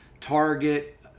Target